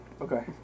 Okay